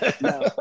No